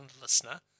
listener